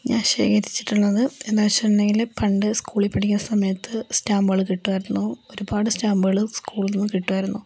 ഞാൻ ശേഖരിച്ചിട്ടുള്ളത് എന്താണെന്നു വച്ചിട്ടുണ്ടെങ്കിൽ പണ്ട് സ്കൂളിൽ പഠിക്കുന്ന സമയത്ത് സ്റ്റാമ്പുകൾ കിട്ടുമായിരുന്നു ഒരുപാട് സ്റ്റാമ്പുകൾ സ്കൂളിൽനിന്ന് കിട്ടുമാരുന്നു